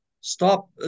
Stop